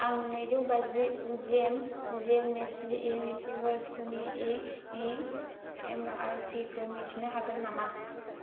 आं नैजौ बाजि जिएम नेस्लि मिल्किबार चुनि इ इ एमआरपिखौ मिथिनो हागोन नामा